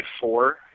four